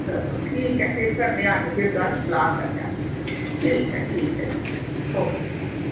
चलो ठीक ऐ फ्ही करने आं अज्ज गल्ल सलाह् करने आं ठीक ऐ ठीक ऐ ओके